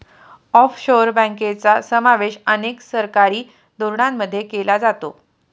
offshore बँकांचा समावेश अनेक सरकारी धोरणांमध्ये केला जातो